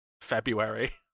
february